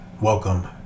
Welcome